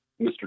Mr